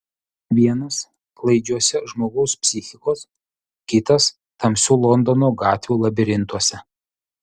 vienas klaidžiuose žmogaus psichikos kitas tamsių londono gatvių labirintuose